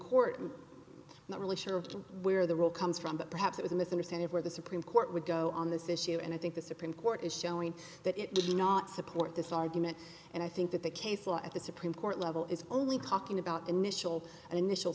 court is not really sure of where the role comes from but perhaps it was a misunderstanding where the supreme court would go on this issue and i think the supreme court is showing that it does not support this argument and i think that the case law at the supreme court level is only talking about initial and initial